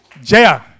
Jaya